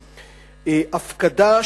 הפקדה,